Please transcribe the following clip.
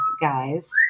guys